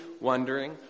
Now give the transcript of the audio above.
wondering